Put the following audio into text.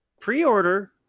Pre-order